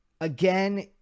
again